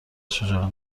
شجاع